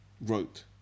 wrote